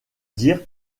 dire